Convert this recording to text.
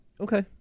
Okay